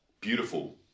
beautiful